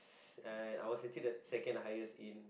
and I was actually the second highest in